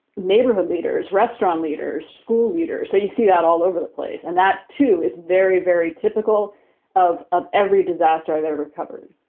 neighborhood leaders, restaurant leaders, school leaders. so you see that all over the place. and that, too, is very, very typical of of every disaster i've ever covered